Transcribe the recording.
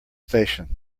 station